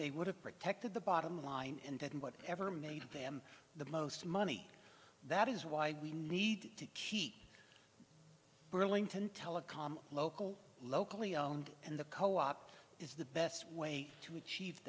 they would have protected the bottom line and that what ever made them the most money that is why we need to keep burlington telecom local locally owned and the co op is the best way to achieve